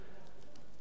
אדוני היושב-ראש,